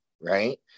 right